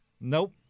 Nope